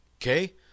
Okay